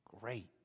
great